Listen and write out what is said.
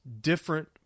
different